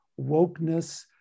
wokeness